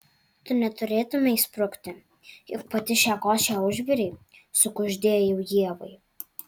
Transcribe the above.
tu neturėtumei sprukti juk pati šią košę užvirei sukuždėjau ievai